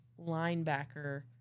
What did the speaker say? linebacker